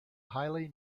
highly